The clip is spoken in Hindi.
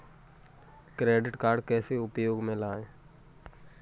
क्रेडिट कार्ड कैसे उपयोग में लाएँ?